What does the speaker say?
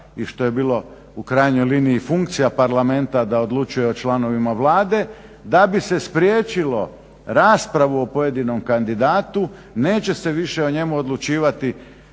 i što je bilo u krajnjoj liniji funkcija Parlamenta da odlučuje o članovima Vlade da bi se spriječilo raspravu o pojedinom kandidatu neće se više o njemu odlučivati